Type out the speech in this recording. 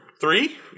three